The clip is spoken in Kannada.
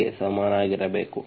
ಗೆ ಸಮನಾಗಿರಬೇಕು